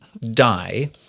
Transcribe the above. Die